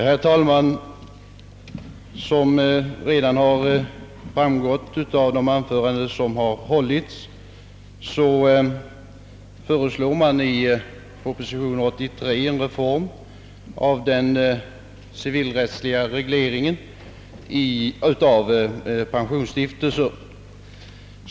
Herr talman! Som framgått av de anföranden som har hållits föreslås i proposition nr 83 en reform av den civilrättsliga regleringen av. pensionsstiftelser.